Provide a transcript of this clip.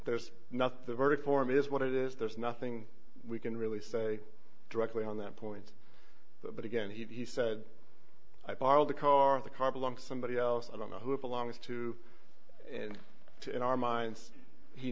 there's nothing verdict form is what it is there's nothing we can really say directly on that point but again he said i borrowed the car the car belong to somebody else i don't know who it belongs to and in our minds he